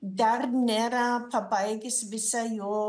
dar nėra pabaigęs visą jo